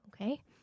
Okay